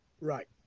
Right